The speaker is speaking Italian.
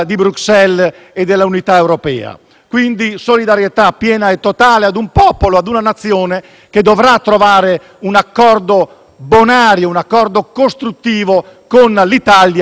Quindi, solidarietà piena e totale ad un popolo e ad una nazione che dovranno trovare un accordo bonario e costruttivo con l'Italia e con il resto dell'Europa.